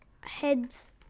heads